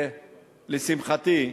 לשמחתי,